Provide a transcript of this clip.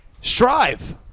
strive